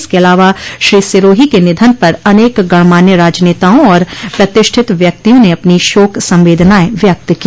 इसके अलावा श्री सिरोही के निधन पर अनेक गणमान्य राजनेताओं और प्रतिष्ठित व्यक्तियों ने अपनी शोक संवेदनाएं व्यक्त की